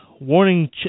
Warning